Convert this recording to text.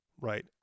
right